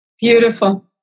Beautiful